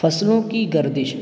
فصلوں کی گردش